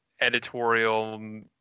editorial